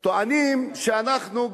טוענים שאנחנו,